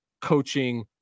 coaching